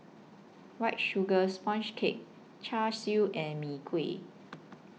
White Sugar Sponge Cake Char Siu and Mee Kuah